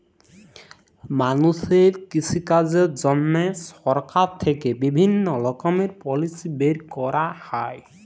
মালুষের কৃষিকাজের জন্হে সরকার থেক্যে বিভিল্য রকমের পলিসি বের ক্যরা হ্যয়